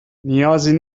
نیازی